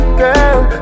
girl